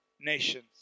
nations